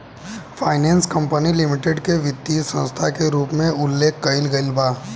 finance company limited के वित्तीय संस्था के रूप में उल्लेख कईल गईल बा